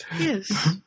Yes